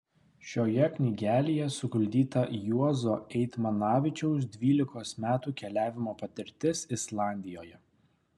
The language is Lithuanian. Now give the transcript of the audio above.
šioje knygelėje suguldyta juozo eitmanavičiaus dvylikos metų keliavimo patirtis islandijoje